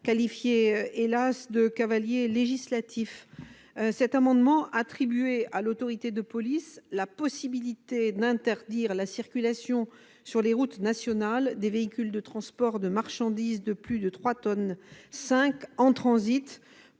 qualifié de cavalier législatif, visant à attribuer à l'autorité de police la possibilité d'interdire la circulation sur les routes nationales des véhicules de transport de marchandises de plus de 3,5 tonnes en transit,